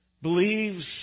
believes